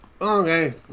Okay